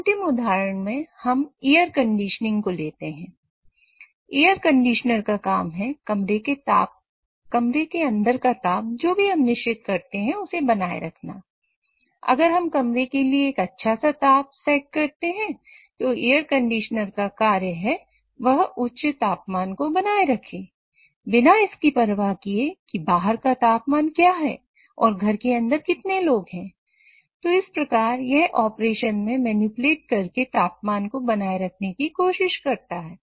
अंतिम उदाहरण में हम एयर कंडीशनिंग करके तापमान को बनाए रखने की कोशिश करता है